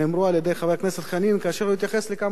חבר הכנסת חנין כאשר הוא התייחס לכמה סוגיות.